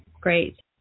great